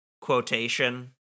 quotation